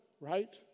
Right